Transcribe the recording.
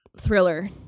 thriller